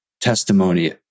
testimony